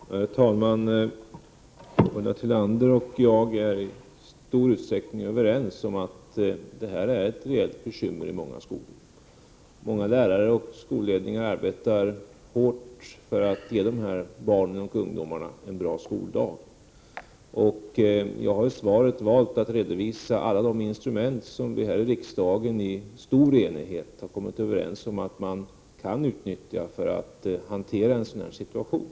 Herr talman! Ulla Tillander och jag är i stor utsträckning överens om att detta är ett reellt bekymmer i många skolor. Många lärare och skolledningar arbetar hårt för att ge dessa barn och ungdomar en bra skoldag. Jag har i svaret valt att redovisa alla de instrument som vi här i riksdagen i stor enighet kommit överens om att man kan utnyttja för att hantera en sådan här situation.